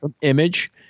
Image